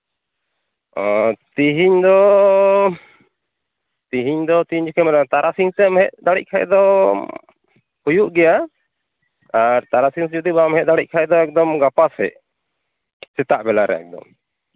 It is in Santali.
ᱚᱸᱻ ᱛᱮᱦᱤᱧ ᱫᱚ ᱛᱮᱦᱤᱧ ᱫᱚ ᱛᱤᱱ ᱡᱚᱠᱷᱚᱡ ᱢᱮᱱᱟᱜᱼᱟ ᱛᱟᱨᱟᱥᱤᱧ ᱥᱮᱫ ᱮᱢ ᱦᱮᱡ ᱫᱟᱲᱮᱜ ᱠᱷᱟᱡ ᱫᱚ ᱦᱩᱭᱩᱜ ᱜᱮᱭᱟ ᱟᱨ ᱛᱟᱨᱟᱥᱤᱧ ᱡᱩᱫᱤ ᱵᱟᱢ ᱦᱮᱡ ᱫᱟᱲᱮᱜ ᱠᱷᱟᱡ ᱫᱚ ᱮᱠᱫᱚᱢ ᱜᱟᱯᱟ ᱥᱮᱫ ᱥᱮᱛᱟᱜ ᱵᱮᱞᱟᱨᱮ ᱮᱠᱫᱚᱢ